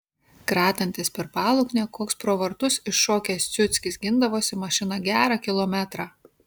kratantis per paluknę koks pro vartus iššokęs ciuckis gindavosi mašiną gerą kilometrą